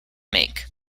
make